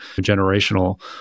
generational